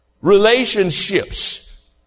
relationships